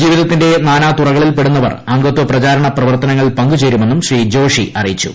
ജീവിതത്തിന്റെ നാനാതുറകളിൽപ്പെടുന്നവർ അംഗത്വ പ്രചാരണ പ്രവർത്തനങ്ങളിൽ പങ്കു ചേരുമെന്നും ശ്രീ ജോഷി അറിയിച്ചു